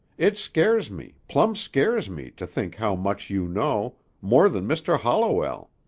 it scares me, plumb scares me, to think how much you know, more than mr. holliwell!